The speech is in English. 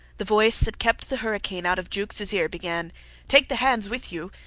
the voice that kept the hurricane out of jukes ear began take the hands with you,